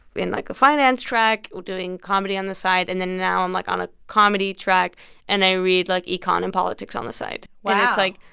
in, like, the finance track, doing comedy on the side, and then now i'm, like, on a comedy track and i read, like, econ and politics on the side wow and it's like,